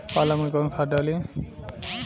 पालक में कौन खाद डाली?